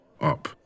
up